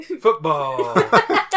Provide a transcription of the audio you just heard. Football